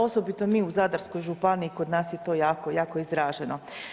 Osobito mi u Zadarskoj županiji kod nas je to jako izraženo.